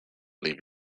leave